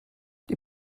die